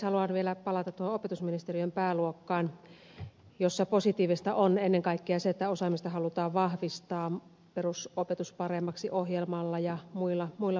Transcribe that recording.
haluan vielä palata tuohon opetusministeriön pääluokkaan jossa positiivista on ennen kaikkea se että osaamista halutaan vahvistaa perusopetus paremmaksi ohjelmalla ja muilla projekteilla